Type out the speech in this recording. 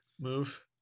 move